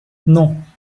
non